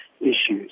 issues